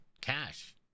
cash